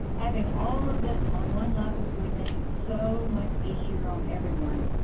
adding all of this on one level will make it so much easier on everyone.